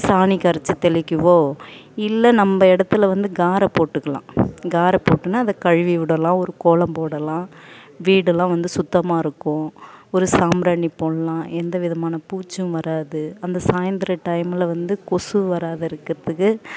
சாணி கரைத்து தெளிக்கவோ இல்லை நம்ம இடத்துல வந்து காரை போட்டுக்கலாம் காரை போட்டுன்னால் அதை கழுவி விடலாம் ஒரு கோலம் போடலாம் வீடெலாம் வந்து சுத்தமாக இருக்கும் ஒரு சாம்பிராணி போடலாம் எந்த விதமான பூச்சும் வராது அந்த சாய்ந்திரம் டைமில் கொசு வராத இருக்கிறதுக்கு